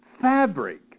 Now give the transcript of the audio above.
fabric